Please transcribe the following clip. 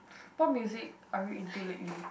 what music are you into lately